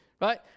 right